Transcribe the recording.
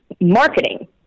marketing